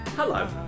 Hello